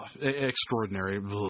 extraordinary